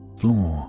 floor